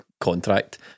contract